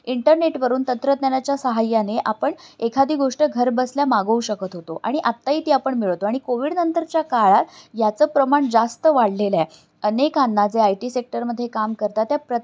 इंटरनेटवरून तंत्रज्ञानाच्या सहाय्याने आपण एखादी गोष्ट घरबसल्या मागवू शकत होतो आणि आत्ताही ती आपण मिळवतो आणि कोविडनंतरच्या काळात याचं प्रमाण जास्त वाढलेलं आहे अनेकांना जे आय टी सेक्टरमध्ये काम करतात त्या प्रत